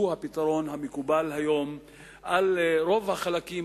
שהוא הפתרון המקובל היום על רוב החלקים